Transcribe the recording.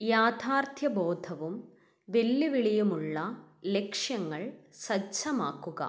യാഥാർത്ഥ്യ ബോധവും വെല്ലുവിളിയുമുള്ള ലക്ഷ്യങ്ങൾ സജ്ജമാക്കുക